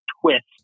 twist